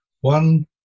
one